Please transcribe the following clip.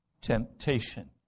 temptation